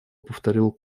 повторил